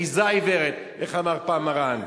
עיזה עיוורת, איך אמר פעם מרן?